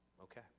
Okay